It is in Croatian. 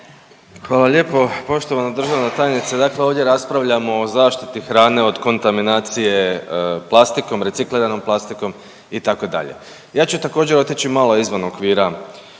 Hvala lijepo. Poštovana državna tajnice, dakle ovdje raspravljamo o zaštiti hrane od kontaminacije plastikom, recikliranom plastikom itd.. Ja ću također otići malo izvan okvira